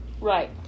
Right